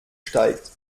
steigt